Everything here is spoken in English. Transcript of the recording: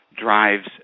drives